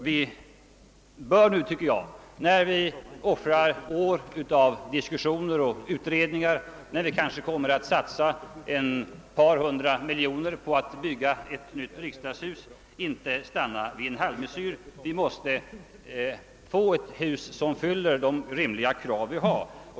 Vi bör nu, tycker jag, när vi offrar år av diskussioner och utredningar, när vi kanske kommer att satsa ett par hundra miljoner på att bygga ett nytt riksdagshus, inte stanna vid en halvmesyr. Vi måste få ett hus som fyller de rimliga krav vi har.